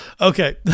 Okay